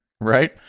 right